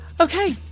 Okay